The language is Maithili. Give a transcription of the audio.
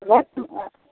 लहसुन होयत ने